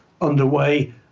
underway